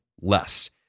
less